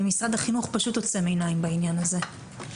ומשרד החינוך פשוט עוצם עיניים בעניין הזה.